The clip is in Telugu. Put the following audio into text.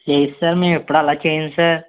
లేదు సార్ మేము ఎప్పుడు అలా చేయము సార్